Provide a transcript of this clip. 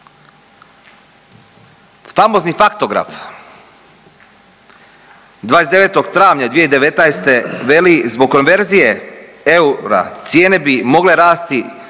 Famozni Faktograf 29. travnja 2019. veli zbog konverzije eura cijene bi mogle rasti